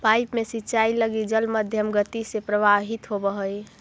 pipe में सिंचाई लगी जल मध्यम गति से प्रवाहित होवऽ हइ